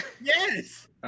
Yes